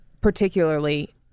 particularly